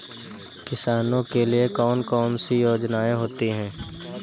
किसानों के लिए कौन कौन सी योजनायें होती हैं?